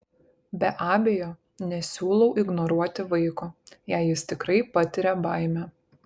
be abejo nesiūlau ignoruoti vaiko jei jis tikrai patiria baimę